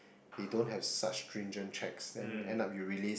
they don't have such stringent checks then end up you release